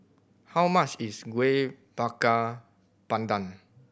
how much is Kueh Bakar Pandan